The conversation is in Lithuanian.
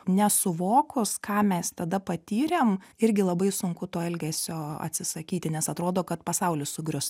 nesuvokus ką mes tada patyrėm irgi labai sunku to elgesio atsisakyti nes atrodo kad pasaulis sugrius